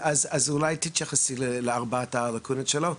אז אולי תתייחסי לארבעת הלקונות שלו.